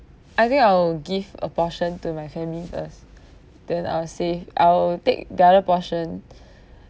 I think I'll give a portion to my family first then I'll save I'll take the other portion